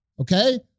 Okay